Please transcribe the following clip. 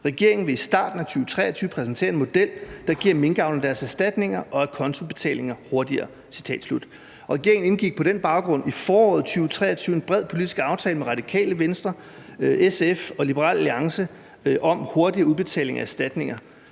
Regeringen vil i starten af 2023 præsentere en model, der giver minkavlerne deres erstatninger og acontoudbetalinger hurtigere.« Regeringen indgik på den baggrund i foråret 2023 en bred politisk aftale med Radikale Venstre, SF og Liberal Alliance om hurtigere udbetaling af erstatninger.